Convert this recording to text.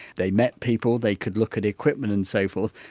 they met people, they could look at equipment and so forth,